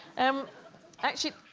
um actually,